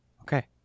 Okay